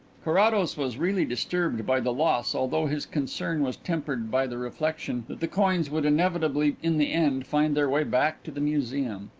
carrados was really disturbed by the loss although his concern was tempered by the reflection that the coins would inevitably in the end find their way back to the museum.